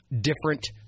different